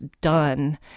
done